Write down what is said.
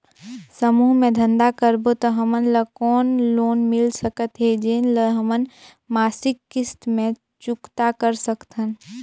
समूह मे धंधा करबो त हमन ल कौन लोन मिल सकत हे, जेन ल हमन मासिक किस्त मे चुकता कर सकथन?